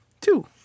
Two